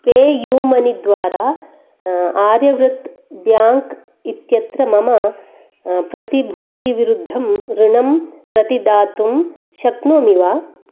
pay U money द्वारा Aryavrat bank इत्यत्र मम प्रतिभूतिविरुद्धम् ऋणं प्रतिदातुं शक्नोमि वा